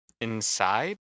inside